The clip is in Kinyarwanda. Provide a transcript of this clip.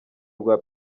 rwa